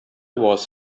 was